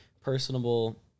personable